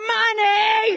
money